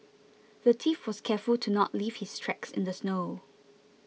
the thief was careful to not leave his tracks in the snow